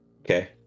Okay